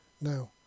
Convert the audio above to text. Now